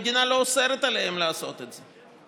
המדינה לא אוסרת עליהם לעשות את זה.